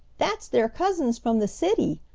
that's their cousins from the city,